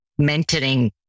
mentoring